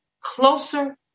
closer